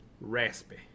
Raspy